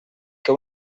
que